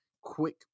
quick